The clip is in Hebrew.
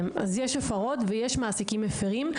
יש הפרות ויש מעסיקים מפרים.